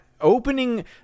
opening